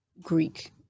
Greek